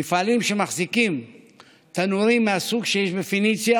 מפעלים שמחזיקים תנורים מהסוג שיש בפניציה